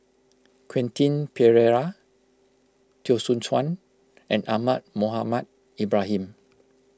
Quentin Pereira Teo Soon Chuan and Ahmad Mohamed Ibrahim